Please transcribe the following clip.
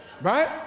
right